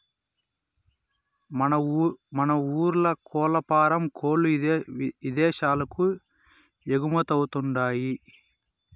మన ఊర్ల కోల్లఫారం కోల్ల్లు ఇదేశాలకు ఎగుమతవతండాయ్